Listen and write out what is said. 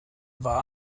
war